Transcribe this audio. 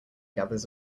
gathers